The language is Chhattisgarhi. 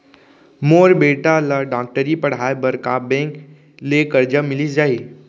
मोर बेटा ल डॉक्टरी पढ़ाये बर का बैंक ले करजा मिलिस जाही?